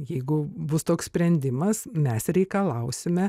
jeigu bus toks sprendimas mes reikalausime